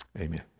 Amen